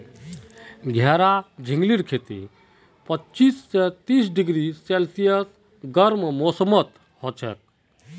घेरा झिंगलीर खेती पच्चीस स तीस डिग्री सेल्सियस गर्म मौसमत हछेक